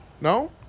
no